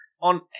on